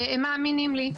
הם מאמינים לי,